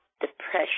Depression